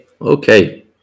okay